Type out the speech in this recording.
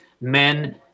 men